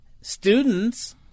students